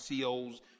COs